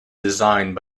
designed